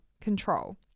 control